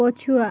ପଛୁଆ